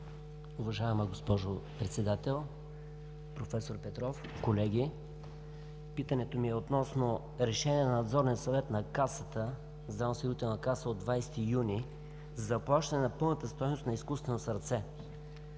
Уважаема госпожо Председател, проф. Петров, колеги! Питането ми е относно решение на Надзорния съвет на Националната здравноосигурителна каса от 20 юни за заплащане на пълната стойност на изкуствено сърце.